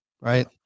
Right